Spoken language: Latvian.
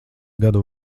gadu